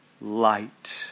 light